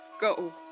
Go